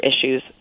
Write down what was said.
issues